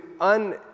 un-